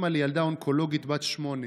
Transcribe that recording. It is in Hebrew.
אימא לילדה חולה אונקולוגית בת שמונה